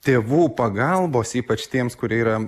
tėvų pagalbos ypač tiems kurie yra